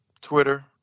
Twitter